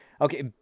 Okay